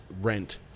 rent